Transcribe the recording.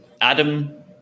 Adam